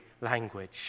language